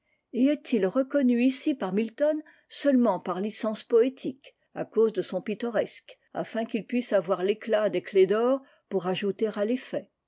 et est-il reconnu ici par milton seulement par licence poétique à cause de son pittoresque afin qu'il puisse avoir l'éclat des clefs d'or pour ajouter à